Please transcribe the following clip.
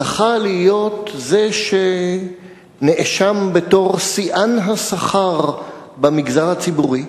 זכה להיות זה שנאשם בתור שיאן השכר במגזר הציבורי.